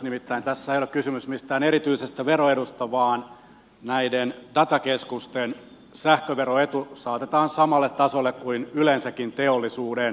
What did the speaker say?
nimittäin tässä ei ole kysymys mistään erityisestä veroedusta vaan näiden datakeskusten sähköveroetu saatetaan samalle tasolle kuin yleensäkin teollisuuden